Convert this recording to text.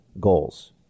goals